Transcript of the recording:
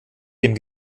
dem